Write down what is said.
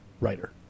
writer